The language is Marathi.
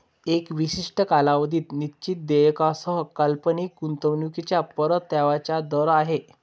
एका विशिष्ट कालावधीत निश्चित देयकासह काल्पनिक गुंतवणूकीच्या परताव्याचा दर आहे